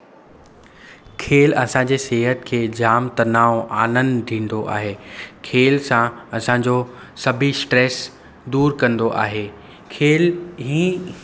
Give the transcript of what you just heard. खेल असांजे सिहत खे जाम तनाव आनंद थींदो आहे खेल सां असांजो सभी स्ट्रैस दूरि कंदो आहे खेल ई